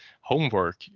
homework